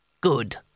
Good